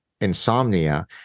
insomnia